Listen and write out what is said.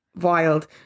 wild